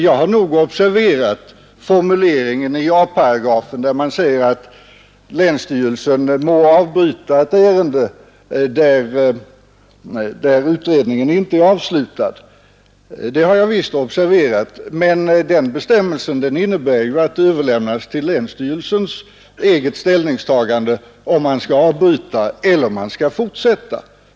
Jag har observerat formuleringen i a-paragrafen, där man säger att länsstyrelse må avbryta ett ärende där utredning inte är avslutad, men den bestämmelsen innebär att det överlämnas till länsstyrelsens eget ställningstagande om man skall avbryta eller om man skall fortsätta.